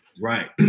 Right